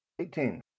Eighteen